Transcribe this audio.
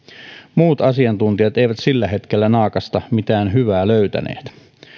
muut asiantuntijat eivät sillä hetkellä naakasta mitään hyvää löytäneet